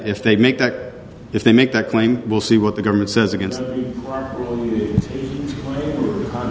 if they make that if they make that claim we'll see what the government says against